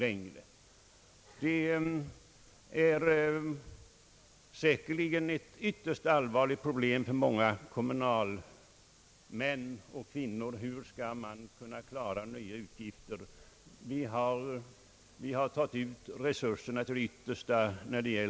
Det är säkerligen ett ytterst allvarligt problem för många kommunalmän och kommunalkvinnor hur kommunen skall klara nya utgifter när man har utnyttjat skatteuttagsresurserna till det yttersta.